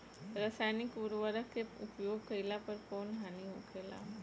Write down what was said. रसायनिक उर्वरक के उपयोग कइला पर कउन हानि होखेला?